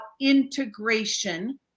integration